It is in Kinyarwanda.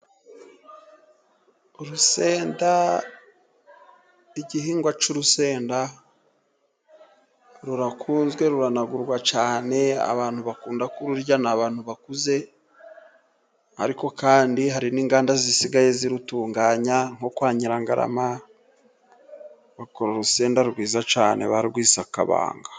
Urusenda, igihingwa cy'urusenda rurakunzwe ruranagurwa cyane, abantu bakunda kururya ni abantu bakuze, ariko kandi hari n'inganda zisigaye zirutunganya, nko kwa Nyirangarama bakora urusenda rwiza cyane barwise Akabanga.